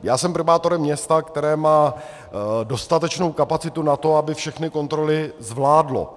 Já jsem primátorem města, které má dostatečnou kapacitu na to, aby všechny kontroly zvládlo.